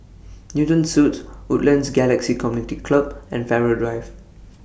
Newton Suites Woodlands Galaxy Community Club and Farrer Drive